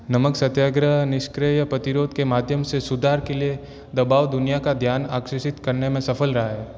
नमक सत्याग्रह निष्क्रिय प्रतिरोध के माध्यम से सुधार के लिए दबाव दुनिया का ध्यान आकर्षित करने में सफल रहा है